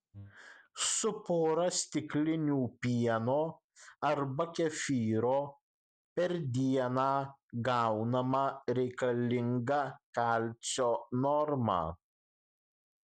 su pora stiklinių pieno arba kefyro per dieną gaunama reikalinga kalcio norma